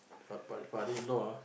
help out father-in-law ah